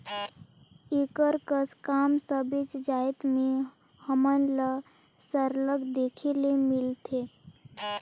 एकर कस काम सबेच जाएत में हमन ल सरलग देखे ले मिलथे